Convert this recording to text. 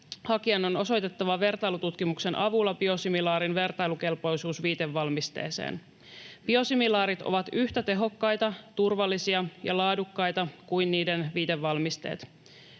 hakijan on osoitettava vertailututkimuksen avulla biosimilaarin vertailukelpoisuus viitevalmisteeseen. Biosimilaarit ovat yhtä tehokkaita, turvallisia ja laadukkaita kuin niiden viitevalmisteet.